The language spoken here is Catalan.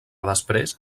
després